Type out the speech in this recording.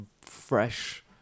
fresh